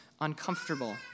uncomfortable